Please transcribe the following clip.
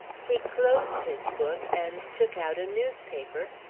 he closed his book and took out a newspaper,